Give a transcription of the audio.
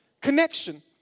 connection